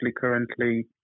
currently